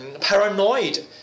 paranoid